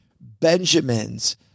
benjamins